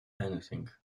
anything